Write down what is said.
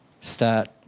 start